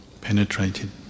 penetrated